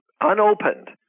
unopened